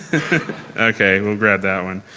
okay. we'll grab that one.